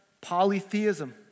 polytheism